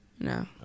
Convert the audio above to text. No